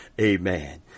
Amen